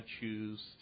choose